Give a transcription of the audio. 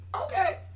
okay